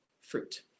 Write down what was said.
fruit